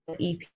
EP